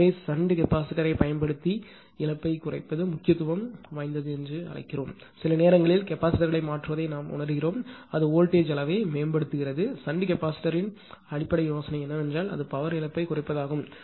எனவே shunt capacitor யைப் பயன்படுத்தி இழப்பை குறைப்பது முக்கியத்துவம் வாய்ந்தது என்று அழைக்கிறீர்கள் சில நேரங்களில் கெபாசிட்டர் களை மாற்றுவதை நாம் உணர்கிறோம் அது வோல்டேஜ் அளவை மேம்படுத்துகிறது ஷன்ட் கெபாசிட்டர் யின் அடிப்படை யோசனை என்னவென்றால் அது பவர் இழப்பை குறைப்பதாகும்